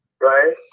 Right